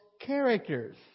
characters